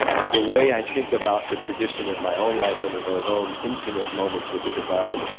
the way i think about the tradition in my own life and in those own intimate moments with the divine,